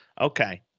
okay